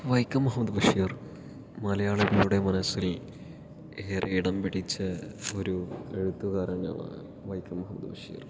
വൈക്കം മുഹമ്മദ് ബഷീർ മലയാളികളുടെ മനസ്സിൽ ഏറെ ഇടം പിടിച്ച ഒരു എഴുത്തുകാരനാണ് വൈക്കം മുഹമ്മദ് ബഷീർ